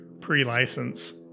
pre-license